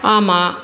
ஆமாம்